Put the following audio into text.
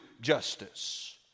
justice